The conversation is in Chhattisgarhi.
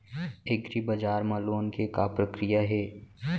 एग्रीबजार मा लोन के का प्रक्रिया हे?